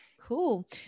Cool